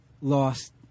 lost